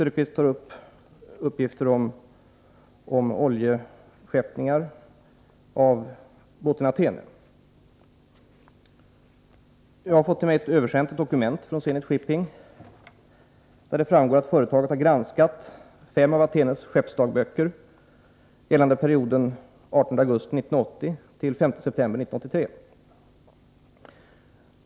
Jag har fått översänt till mig ett dokument från Zenit Shipping, där det framgår att företaget har granskat en av Athenes skeppsdagböcker, gällande perioden från den 18 augusti 1980 till den 5 september 1983.